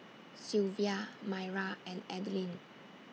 Silvia Maira and Adline